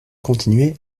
continuer